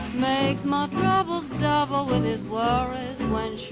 my my troubles double with his worries when